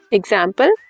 example